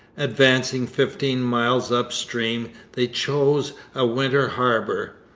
advancing fifteen miles up-stream, they chose a winter harbour.